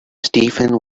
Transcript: steven